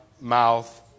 mouth